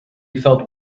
felt